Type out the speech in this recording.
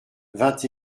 vingt